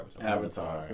Avatar